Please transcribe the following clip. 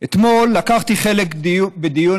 אתמול לקחתי חלק בדיון